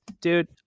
dude